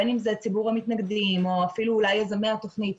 בין אם זה ציבור המתנגדים או אפילו אולי יזמי התוכנית,